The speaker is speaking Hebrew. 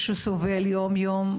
גם יושבים בכיסא הזה.